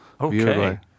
Okay